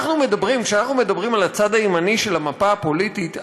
כשאנחנו מדברים על הצד הימני של המפה הפוליטית,